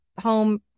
home